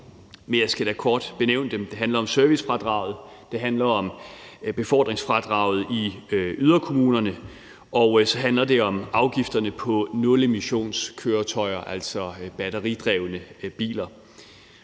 men jeg skal da kort nævne dem. Det handler om servicefradraget, det handler om befordringsfradraget i yderkommunerne, og så handler det om afgifterne på nulemissionskøretøjer, altså batteridrevne biler.